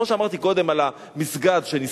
כמו שאמרתי קודם על המסגד שנשרף.